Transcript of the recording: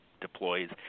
deploys